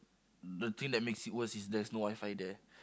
the thing that makes it worse is that there's no WiFi there